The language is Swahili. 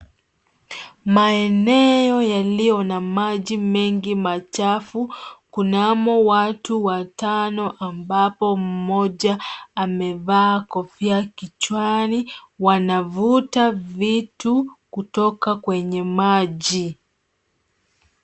Maeneo yaliyo na maji mengi machafu. Kunamo watu watano ambapo mmoja amevaa kofia kichwani wanavuta vitu kutoka kwenye maji.